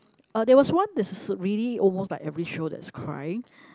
uh there was one that's really almost like every show that's crying